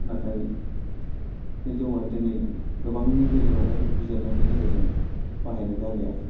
नाथाय बे जौआ दिनै गोबांनि गेजेरावहाय बिजिरनायनि गेजेरजों बाहायनाय जालिया